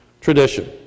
tradition